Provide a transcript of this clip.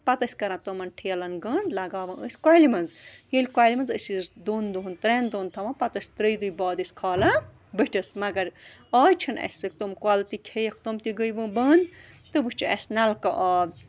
پتہٕ ٲسۍ کران تِمن ٹھیلَن گنٛڈ لگاوان ٲسۍ کۄلہِ منٛز ییٚلہِ کۄلہِ منٛز أسۍ ٲسۍ دۄن دۄہن ترٛٮ۪ن دۄہَن تھاوان پتہٕ ٲسۍ ترٛیٚیہِ دۄہہِ بعد أسۍ کھالان بٔٹھِس مگر آز چھِنہٕ اَسہِ تِم کۄلہٕ تہِ کھیٚیَکھ تِم تہِ گٔے وۄنۍ بنٛد تہٕ وۄنۍ چھِ اَسہِ نَلکہٕ آب